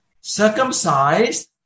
circumcised